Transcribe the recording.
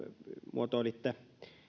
muotoilitte